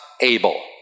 able